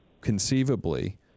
conceivably